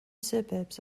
suburbs